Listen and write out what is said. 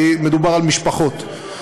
כי מדובר על משפחות.